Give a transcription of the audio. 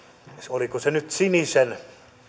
oliko se nyt